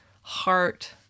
heart